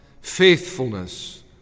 faithfulness